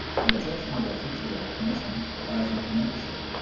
the objectionable feature of the commissions lies in their membership.